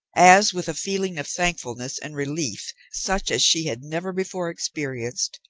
as, with a feeling of thankfulness and relief such as she had never before experienced,